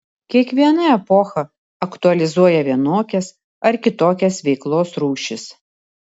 kiekviena epocha aktualizuoja vienokias arba kitokias veiklos rūšis